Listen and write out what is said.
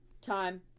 time